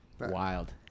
Wild